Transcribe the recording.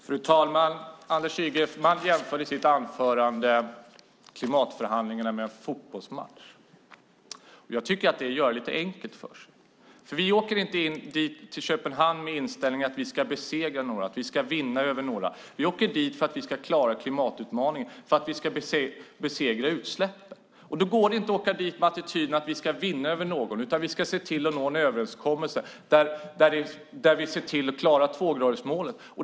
Fru ålderspresident! Anders Ygeman jämförde i sitt anförande klimatförhandlingarna med en fotbollsmatch. Jag tycker att det är att göra det lite enkelt för sig. Vi åker inte till Köpenhamn med inställningen att vi ska besegra några, att vi ska vinna över några. Vi åker dit för att vi ska klara klimatutmaningen, för att vi ska besegra utsläppen. Då går det inte att åka dit med attityden att vi ska vinna över någon. Vi ska nå en överenskommelse där vi ser till att klara tvågradersmålet.